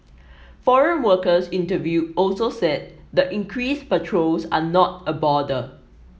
foreign workers interviewed also said the increased patrols are not a bother